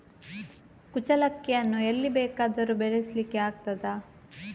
ಕುಚ್ಚಲಕ್ಕಿಯನ್ನು ಎಲ್ಲಿ ಬೇಕಾದರೂ ಬೆಳೆಸ್ಲಿಕ್ಕೆ ಆಗ್ತದ?